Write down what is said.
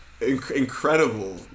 incredible